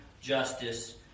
justice